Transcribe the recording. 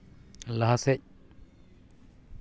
ᱞᱟᱦᱟ ᱥᱮᱫ